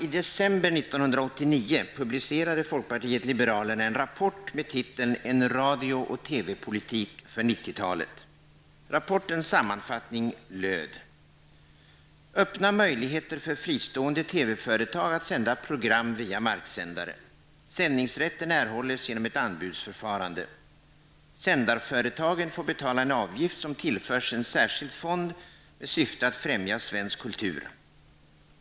I december 1989 publicerade folkpartiet liberalerna en rapport betitlad ''En radio och TV-politik för 90-talet.'' Rapportens sammanfattning löd: Öppna möjligheter för fristående TV-företag att sända program via marksändare. Sändningsrätten erhålles genom ett anbudsförfarande. Sändarföretagen får betala en avgift som tillförs en särskild fond med syfte att främja svensk kultur.